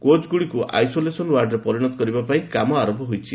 କୋଚ୍ଗୁଡ଼ିକୁ isolation ୱାର୍ଡରେ ପରିଣତ କରିବା ପାଇଁ କାମ ଆରମ୍ଭ ହୋଇଛି